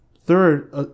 third